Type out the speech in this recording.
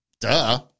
Duh